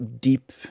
deep